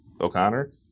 O'Connor